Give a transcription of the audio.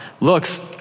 looks